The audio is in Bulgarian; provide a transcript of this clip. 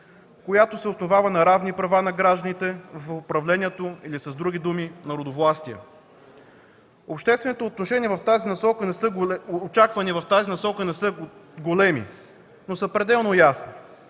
която се основава на равни права на гражданите за управлението, или с други думи – народовластие. Обществените очаквания в тази насока не са големи, но са пределно ясни